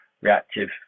reactive